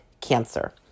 cancer